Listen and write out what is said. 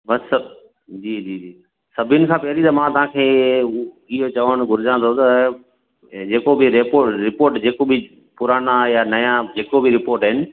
बसि सभु जी जी जी सभिनि खां पहिरीं त मां तव्हांखे इहो चवण घुरजा थो त जेको बि रेपो रिपोर्ट जेको बि पुराना या नया जेको बि रिपोर्ट आहिनि